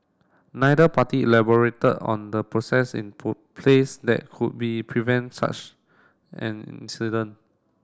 neither party elaborated on the process in place that could be prevent such an incident